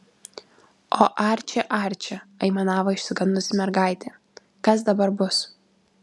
o arči arči aimanavo išsigandusi mergaitė kas dabar bus